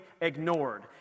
ignored